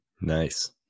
Nice